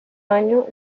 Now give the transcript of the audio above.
año